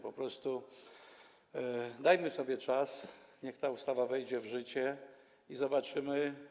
Po prostu dajmy sobie czas, niech ta ustawa wejdzie w życie i zobaczymy.